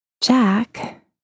Jack